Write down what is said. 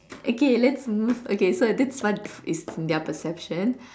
okay let's move okay so that's what is in their perception